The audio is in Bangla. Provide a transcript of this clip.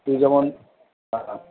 তুই যেমন